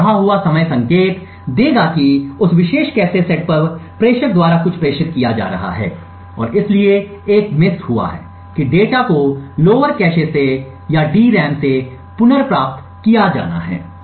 तो बढ़ा हुआ समय संकेत देगा कि उस विशेष कैश सेट पर प्रेषक द्वारा कुछ प्रेषित किया जा रहा है और इसलिए एक मिस हुआ है कि डेटा को लोअर कैश से या DRAM से पुनर्प्राप्त किया जाना है